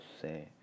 say